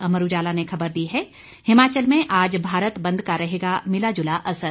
अमर उजाला ने खबर दी है हिमाचल में आज भारत बंद का रहेगा मिला जुला असर